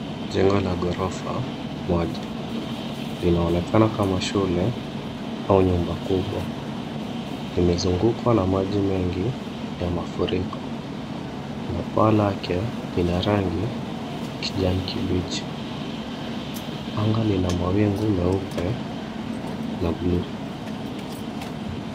Jengo la ghorofa moja. Linaonekana kama shule au nyumba kubwa. Limezungukwa na maji mengi ya mafuriko na paa lake lina rangi ya kijani kibichi. Anga lina mawingu meupe na blue .